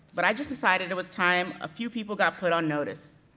but i just decided it was time a few people got put on notice.